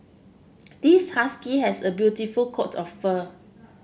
this husky has a beautiful coat of fur